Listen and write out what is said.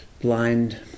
blind